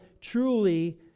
Truly